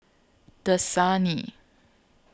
Dasani